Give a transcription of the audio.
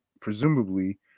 presumably